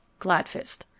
Gladfist